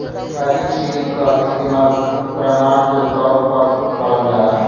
deposit slip क इस्तेमाल प्रमाण के तौर पर करल जाला